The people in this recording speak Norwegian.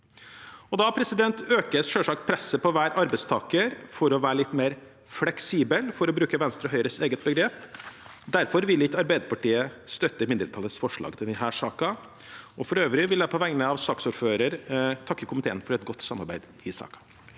selvsagt presset på hver arbeidstaker for å være litt mer fleksibel, for å bruke Venstre og Høyres eget begrep. Derfor vil ikke Arbeiderpartiet støtte mindretallets forslag til denne saken. For øvrig vil jeg på vegne av saksordføreren takke komiteen for et godt samarbeid i saken.